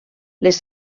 les